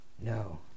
No